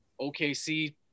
OKC